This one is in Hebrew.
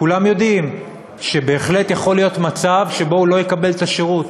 כולם יודעים שבהחלט יכול להיות מצב שבו הוא לא יקבל את השירות.